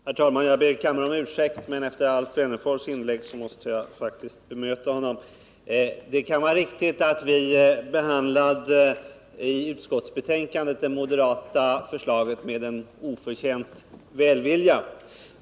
Herr talman! Jag ber kammaren om ursäkt, men efter Alf Wennerfors inlägg måste jag faktiskt bemöta honom. Det kan vara riktigt att vi i utskottsbetänkandet behandlade det moderata förslaget med en oförtjänt välvilja.